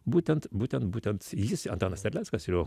būtent būtent būtent jis antanas terleckas jo